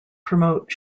promote